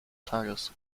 tages